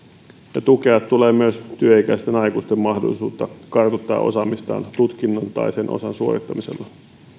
ja tulee tukea myös työikäisten aikuisten mahdollisuutta kartuttaa osaamistaan tutkinnon tai sen osan suorittamisella